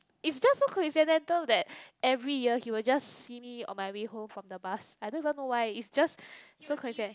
it's just so coincidental that every year he will just see me on my way home from the bus I don't even know why it's just so coincidental